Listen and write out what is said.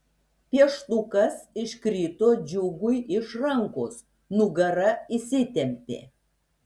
pieštukas iškrito džiugui iš rankos nugara įsitempė